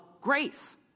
grace